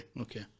Okay